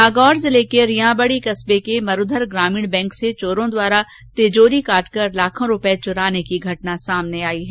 नागौर जिले के रियांबड़ी कस्बे के मरूधर ग्रामीण बैंक से चोरों द्वारा तिजोरी काटकर लाखों रूपए चुराने की घटना सामने आई है